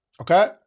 okay